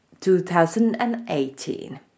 2018